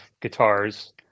guitars